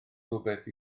rywbeth